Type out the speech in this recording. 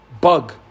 bug